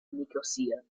nicosia